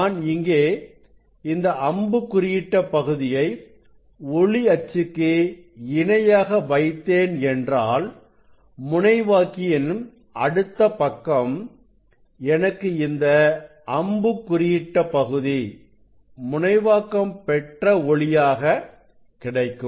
நான் இங்கே இந்த அம்பு குறியிட்ட பகுதியை ஒளி அச்சுக்கு இணையாக வைத்தேன் என்றால் முனைவாக்கியின் அடுத்த பக்கம் எனக்கு இந்த அம்புக் குறியிட்ட பகுதி முனைவாக்கம் பெற்ற ஒளியாக கிடைக்கும்